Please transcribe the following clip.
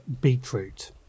beetroot